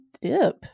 dip